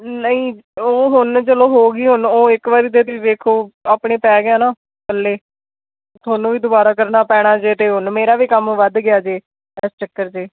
ਨਹੀਂ ਉਹ ਹੁਣ ਚਲੋ ਹੋ ਗਈ ਹੁਣ ਉਹ ਇੱਕ ਵਾਰੀ ਦੇਵੀ ਵੇਖੋ ਆਪਣੇ ਪੈ ਗਿਆ ਨਾ ਥੱਲੇ ਤੁਹਾਨੂੰ ਵੀ ਦੁਬਾਰਾ ਕਰਨਾ ਪੈਣਾ ਜੇ ਅਤੇ ਹੁਣ ਮੇਰਾ ਵੀ ਕੰਮ ਵੱਧ ਗਿਆ ਜੇ ਇਸ ਚੱਕਰ 'ਚ